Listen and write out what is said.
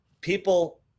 people